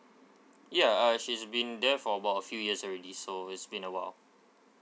ya uh she's been there for about a few years already so it's been a while